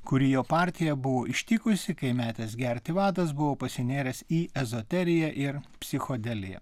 kuri jo partiją buvo ištikusi kai metęs gerti vadas buvo pasinėręs į ezoteriją ir psichodeliją